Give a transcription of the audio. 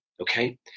Okay